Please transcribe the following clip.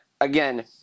again